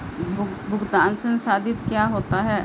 भुगतान संसाधित क्या होता है?